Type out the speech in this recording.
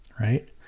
right